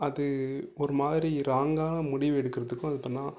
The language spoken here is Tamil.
அது ஒரு மாதிரி ராங்காக முடிவெடுக்கிறத்துக்கும் அது இப்பந்தான்